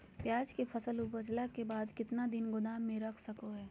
प्याज के फसल उपजला के बाद कितना दिन गोदाम में रख सको हय?